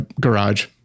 garage